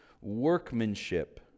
workmanship